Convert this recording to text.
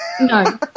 no